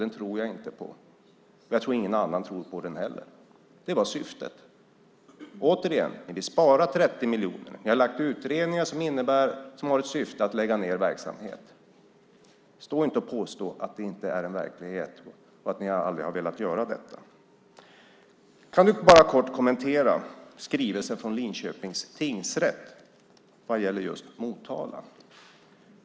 Jag tror inte på den, och det gör knappast någon annan heller. Det var syftet. Återigen: Ni vill spara 30 miljoner. Ni har tillsatt utredningar med syftet att lägga ned verksamhet. Stå inte och påstå att det inte är verkligheten och att ni aldrig velat göra detta! Kan Fredrik Olovsson kort kommentera skrivelsen från Linköpings tingsrätt vad gäller Motala?